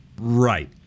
Right